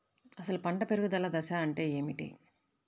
అసలు పంట పెరుగుదల దశ అంటే ఏమిటి?